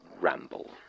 ramble